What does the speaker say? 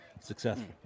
Successful